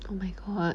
oh my god